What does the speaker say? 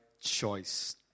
choice